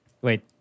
Wait